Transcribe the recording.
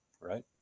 right